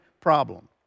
problem